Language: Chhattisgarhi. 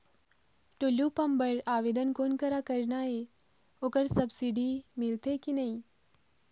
टुल्लू पंप बर आवेदन कोन करा करना ये ओकर सब्सिडी मिलथे की नई?